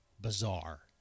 bizarre